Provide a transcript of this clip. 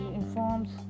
informs